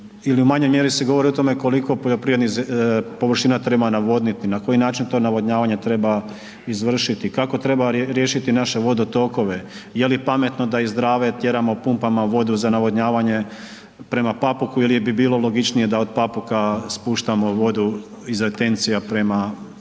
ili u manjoj mjeri se govori o tome koliko poljoprivrednih površina treba navodniti, na koji način to navodnjavanje treba izvršiti, kako treba riješiti naše vodotokove, je li pametno da iz Drave tjeramo pumpama vodu za navodnjavanje prema Papuku ili bi bilo logičnije da od Papuka spuštamo vodu iz .../Govornik